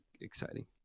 exciting